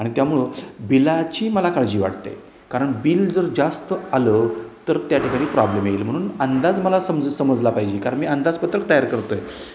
आणि त्यामुळं बिलाची मला काळजी वाटते कारण बिल जर जास्त आलं तर त्या ठिकाणी प्रॉब्लेम येईल म्हणून अंदाज मला समज समजला पाहिजे कारण मी अंदाजपत्रक तयार करतोय